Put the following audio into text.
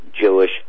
Jewish